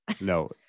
No